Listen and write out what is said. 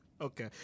Okay